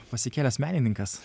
pasikėlęs menininkas